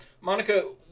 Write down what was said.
Monica